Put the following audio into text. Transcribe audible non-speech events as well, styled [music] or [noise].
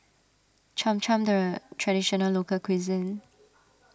Cham Cham [unintelligible] Traditional Local Cuisine